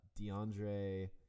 DeAndre